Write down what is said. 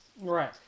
Right